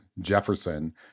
Jefferson